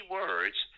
words